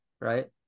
Right